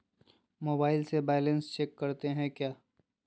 Mobile से balance check करते हैं क्या?